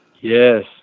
Yes